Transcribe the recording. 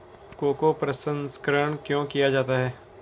Cocoa प्रसंस्करण क्यों किया जाता है?